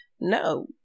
no